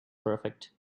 perfect